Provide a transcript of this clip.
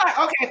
Okay